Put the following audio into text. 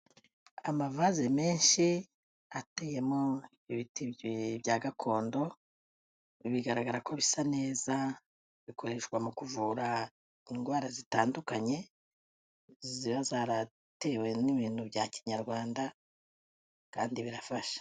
Amavaze menshi ateyemo ibiti bya gakondo, bigaragara ko bisa neza, bikoreshwa mu kuvura indwara zitandukanye, ziba zaratewe n'ibintu bya kinyarwanda kandi birafasha.